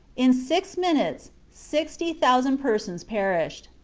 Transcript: in six minutes sixty thousand persons perished.